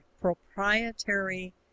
proprietary